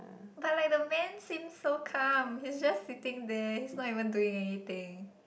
but like the man seems so calm he is just sitting there he is not even doing anything